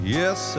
yes